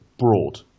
Broad